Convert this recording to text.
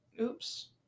oops